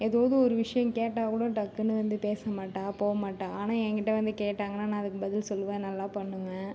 ஏதாவது ஒரு விஷியம் கேட்டால் கூட டக்குனு வந்து பேசமாட்டாள் போமாட்டாள் ஆனால் எங்கிட்ட வந்து கேட்டாங்கனால் நா அதுக்கு பதில் சொல்லுவேன் நல்லா பண்ணுவேன்